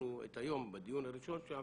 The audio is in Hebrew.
כשפתחנו את היום בדיון הראשון שם,